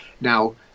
Now